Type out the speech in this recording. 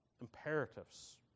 Imperatives